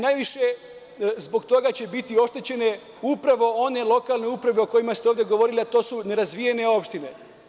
Najviše zbog toga će biti oštećene upravo one lokalne uprave o kojima ste ovde govorili, a to su nerazvijene opštine.